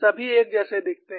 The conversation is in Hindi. सभी एक जैसे दिखते हैं